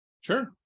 Sure